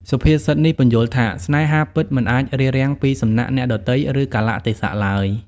សុភាសិតនេះពន្យល់ថា ស្នេហាពិតមិនអាចរារាំងពីសំណាក់អ្នកដទៃ ឬកាលៈទេសៈឡើយ។